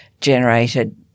generated